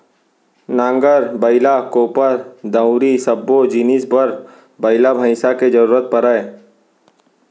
नांगर, बइला, कोपर, दउंरी सब्बो जिनिस बर बइला भईंसा के जरूरत परय